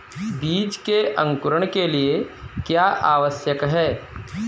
बीज के अंकुरण के लिए क्या आवश्यक है?